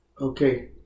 Okay